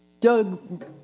Doug